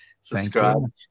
subscribe